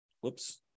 whoops